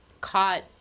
caught